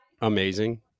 amazing